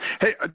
Hey